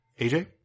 AJ